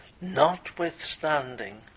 notwithstanding